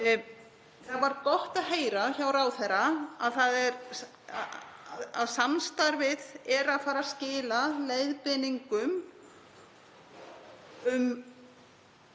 Það var gott að heyra frá ráðherra að samstarfið sé að fara að skila leiðbeiningum um